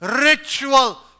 ritual